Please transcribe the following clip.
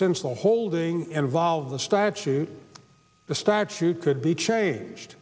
the holding involved the statute the statute could be changed